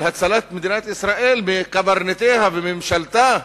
הצלת מדינת ישראל מקברניטיה ומממשלתה,